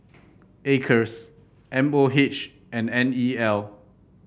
Acres M O H and N E L